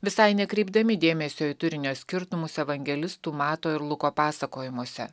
visai nekreipdami dėmesio į turinio skirtumus evangelistų mato ir luko pasakojimuose